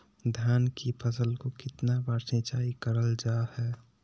धान की फ़सल को कितना बार सिंचाई करल जा हाय?